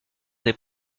des